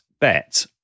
bet